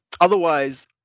Otherwise